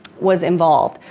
was involved.